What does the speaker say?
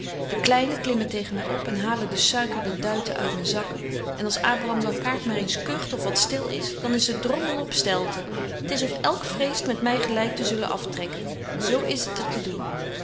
de kleinen klimmen tegen my op en halen de suikerde duiten uit myn zakken en als abraham blankaart maar eens kugt of wat stil is dan is de drommel op stelten t is of elk vreest met my gelyk te zullen aftrekken zo is het er te doen